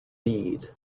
bede